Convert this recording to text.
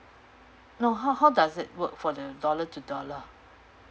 no how how does it work for the dollar to dollar